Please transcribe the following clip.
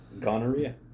Gonorrhea